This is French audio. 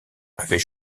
avait